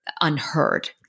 unheard